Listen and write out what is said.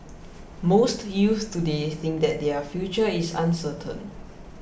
most youths today think that their future is uncertain